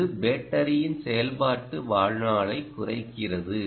இது பேட்டரியின் செயல்பாட்டு வாழ்நாளைக் குறைக்கிறது